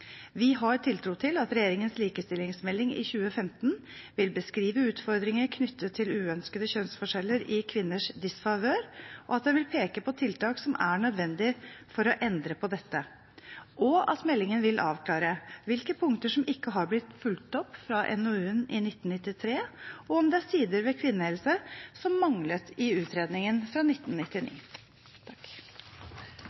Vi har tiltro til at regjeringens likestillingsmelding i 2015 vil beskrive utfordringer knyttet til uønskede kjønnsforskjeller i kvinners disfavør, at den vil peke på tiltak som er nødvendig for å endre på dette, at meldingen vil avklare hvilke punkter fra NOU-en i 1999 som ikke har blitt fulgt opp, og om det er sider ved kvinnehelse som manglet i utredningen fra 1999.